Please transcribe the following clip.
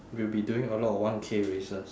we'll be doing a lot of one K races